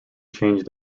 changed